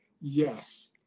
yes